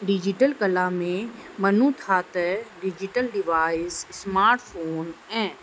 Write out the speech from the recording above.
digital कला में मनू था त डिजीटल डिवाईस स्मार्ट फोन ऐं